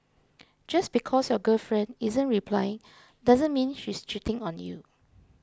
just because your girlfriend isn't replying doesn't mean she's cheating on you